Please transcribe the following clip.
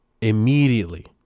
Immediately